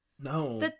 No